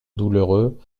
douloureux